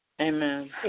Amen